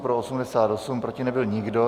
Pro 88, proti nebyl nikdo.